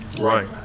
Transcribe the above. Right